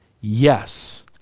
yes